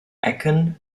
ecken